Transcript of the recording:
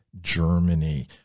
Germany